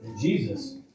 Jesus